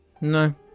No